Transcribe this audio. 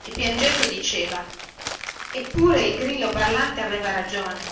e piangendo diceva eppure il grillo parlante aveva ragione